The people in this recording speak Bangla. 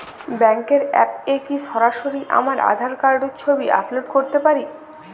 ব্যাংকের অ্যাপ এ কি সরাসরি আমার আঁধার কার্ড র ছবি আপলোড করতে পারি?